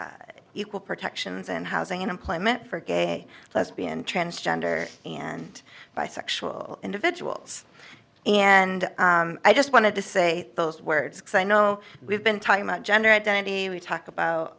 for equal protections and housing and employment for gay lesbian transgender and bisexual individuals and i just wanted to say those words i know we've been talking about gender identity we talk about